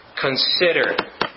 consider